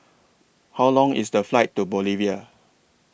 How Long IS The Flight to Bolivia